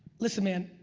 listen, man,